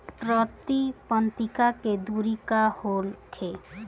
प्रति पंक्ति के दूरी का होखे?